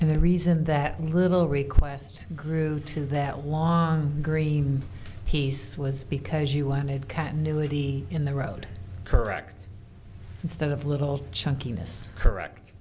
and the reason that little request grew to that long green piece was because you wanted cat nudity in the road correct instead of little chunky miss correct